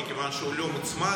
מכיוון שהוא לא מוצמד,